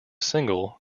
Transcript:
single